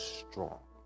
strong